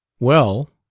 well,